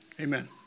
Amen